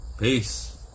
Peace